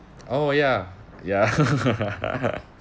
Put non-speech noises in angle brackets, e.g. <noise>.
oh ya ya <laughs>